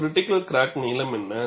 critical crack நீளம் என்ன